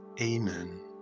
Amen